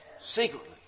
Secretly